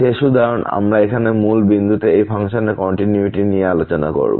শেষ উদাহরণ আমরা এখানে মূল বিন্দুতে এই ফাংশনের কন্টিনিউইটি নিয়ে আলোচনা করব